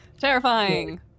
Terrifying